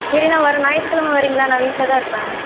சரிண்ணா வர்ற ஞாயித்துக்கிழம வர்றீங்களா நான் வீட்டில் தான் இருப்பேன்